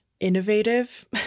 innovative